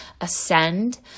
ascend